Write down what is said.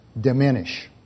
diminish